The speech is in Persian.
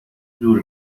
دور